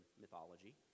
mythology